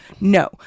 no